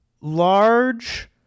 large